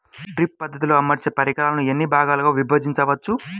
Drip పద్ధతిలో అమర్చే పరికరాలను ఎన్ని భాగాలుగా విభజించవచ్చు?